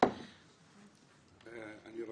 אני לא